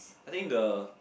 I think the